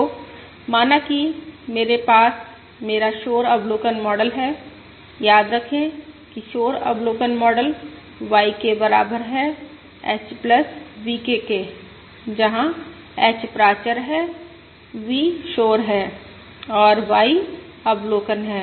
तो माना कि मेरे पास मेरा शोर अवलोकन मॉडल है याद रखें कि शोर अवलोकन मॉडल YK बराबर है H VK के जहां H प्राचर है V शोर है और Y अवलोकन है